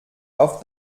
auf